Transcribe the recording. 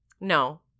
no